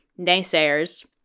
naysayers